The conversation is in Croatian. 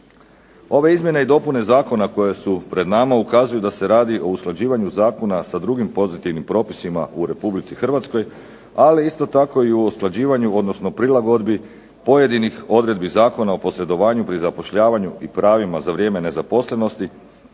Ove izmjene i dopune zakona koje su pred nama ukazuje da se radi o usklađivanju zakona sa drugim pozitivnim propisima u Republici Hrvatskoj ali isto tako i usklađivanju odnosno prilagodbi pojedinih određenih odredbi Zakon o posredovanju pri zapošljavanju i pravima za vrijeme nezaposlenosti